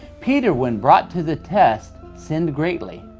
peter, when brought to the test, sinned greatly.